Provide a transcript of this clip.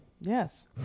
Yes